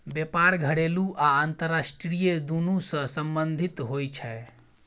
बेपार घरेलू आ अंतरराष्ट्रीय दुनु सँ संबंधित होइ छै